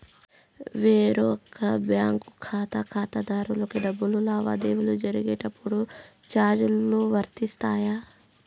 వేరొక బ్యాంకు ఖాతా ఖాతాదారునికి డబ్బు లావాదేవీలు జరిగే టైములో చార్జీలు వర్తిస్తాయా?